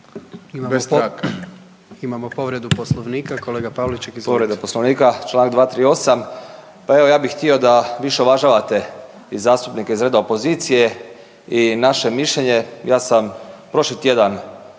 Imamo povredu Poslovnika